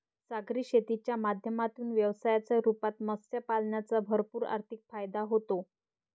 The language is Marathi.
सागरी शेतीच्या माध्यमातून व्यवसायाच्या रूपात मत्स्य पालनाचा भरपूर आर्थिक फायदा होतो